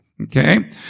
okay